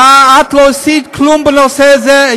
את לא עשית כלום בנושא זה.